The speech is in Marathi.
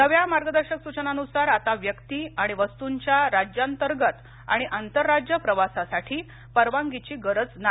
नव्या मार्गदर्शक सूचनानुसार आता व्यक्ती आणि वस्तूंच्या राज्यांतर्गत आणि आंतर राज्य प्रवासासाठी परवानगीची गरज नाही